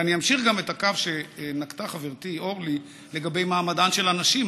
ואני אמשיך גם את הקו שנקטה חברתי אורלי לגבי מעמדן של הנשים,